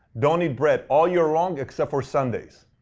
don't eat bread, all year long, except for sundays.